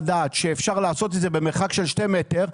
דעת שאפשר לעשות את זה במרחק של שני מטרים,